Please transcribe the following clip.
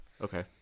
Okay